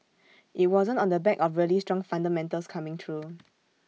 IT wasn't on the back of really strong fundamentals coming through